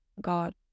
God